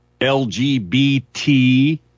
LGBT